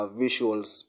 visuals